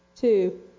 Two